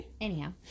Anyhow